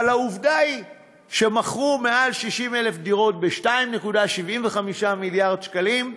אבל העובדה היא שמכרו יותר מ-60,000 דירות ב-2.75 מיליארד שקלים,